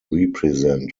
represent